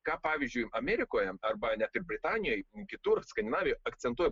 ką pavyzdžiui amerikoje arba net ir britanijoj kitur skandinavijoj akcentuoja